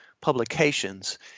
publications